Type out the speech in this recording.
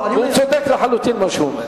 הוא צודק לחלוטין במה שהוא אומר.